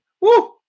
Woo